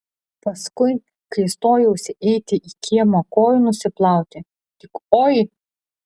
paskui kai stojausi eiti į kiemą kojų nusiplauti tik oi